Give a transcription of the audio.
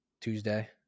Tuesday